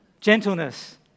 Gentleness